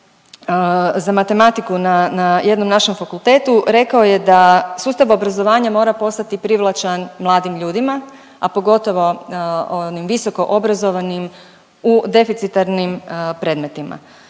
za matematiku na, na jednom našem fakultetu, rekao je da sustav obrazovanja mora postati privlačan mladim ljudima, a pogotovo onim visoko obrazovanim u deficitarnim predmetima.